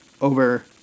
over